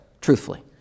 truthfully